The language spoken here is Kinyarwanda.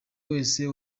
wese